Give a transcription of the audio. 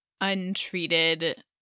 untreated